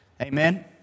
Amen